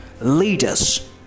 leaders